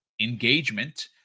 engagement